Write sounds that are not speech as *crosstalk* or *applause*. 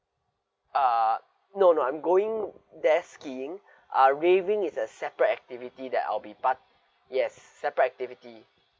uh no no I'm going there skiing *breath* uh raving is a separate activity that I'll be part~ yes separate activity